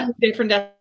different